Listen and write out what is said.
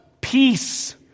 peace